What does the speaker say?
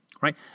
right